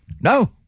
No